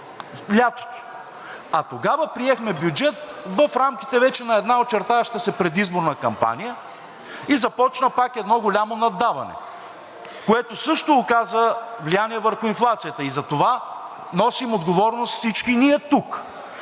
а тогава приехме бюджет в рамките вече на една очертаваща се предизборна кампания и започна пак едно голямо наддаване, което също оказа влияние върху инфлацията, и за това носим отговорност всички ние тук.